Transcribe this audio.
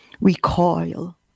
recoil